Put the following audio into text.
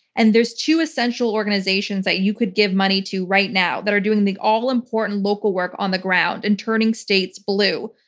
and there's two essential organizations that you could give money to right now that are doing the all important local work on the ground in turning states blue.